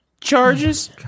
charges